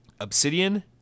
obsidian